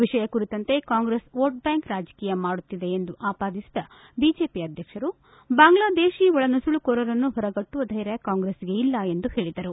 ವಿಷಯ ಕುರಿತಂತೆ Congress vote bank ರಾಜಕೀಯ ಮಾಡುತ್ತಿದೆ ಎಂದು ಆಪಾದಿಸಿದ ಬಿಜೆಪಿ ಅಧ್ಯಕ್ಷರು ಬಾಂಗ್ಲಾದೇಶೀ ಒಳನುಸುಳುಕೋರರನ್ನು ಹೊರಗಟ್ಟುವ ಧೈರ್ಯ ಕಾಂಗ್ರೆಸ್ಗೆ ಇಲ್ಲ ಎಂದು ಹೇಳಿದರು